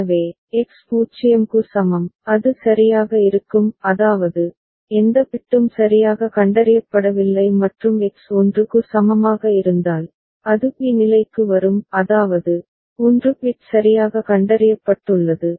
எனவே எக்ஸ் 0 க்கு சமம் அது சரியாக இருக்கும் அதாவது எந்த பிட்டும் சரியாக கண்டறியப்படவில்லை மற்றும் எக்ஸ் 1 க்கு சமமாக இருந்தால் அது பி நிலைக்கு வரும் அதாவது 1 பிட் சரியாக கண்டறியப்பட்டுள்ளது